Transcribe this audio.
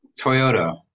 Toyota